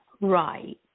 right